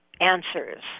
answers